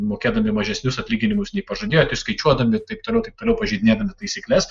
mokėdami mažesnius atlyginimus nei pažadėjot įskaičiuodami taip toliau taip toliau pažeidinėdami taisykles